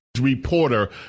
Reporter